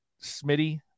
Smitty